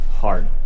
hard